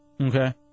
Okay